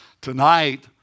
Tonight